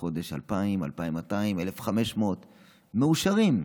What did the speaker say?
2,000, 2,200, 1,500 שקל בחודש, הם מאושרים.